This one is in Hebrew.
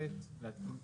התוספת להתקין תקנות?